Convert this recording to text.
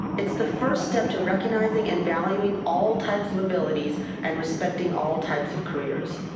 it's the first step to recognizing and valuing all types of ability and respecting all types of careers.